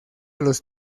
los